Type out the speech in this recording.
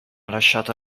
lasciato